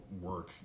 work